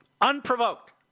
Unprovoked